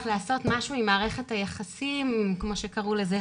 לעשות משהו עם מערכת היחסים כמו שקראו לזה,